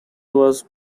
was